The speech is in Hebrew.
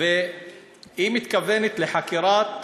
והיא מכוונת לחקירת